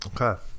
Okay